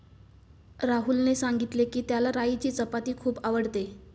राहुलने सांगितले की, त्याला राईची चपाती खूप आवडते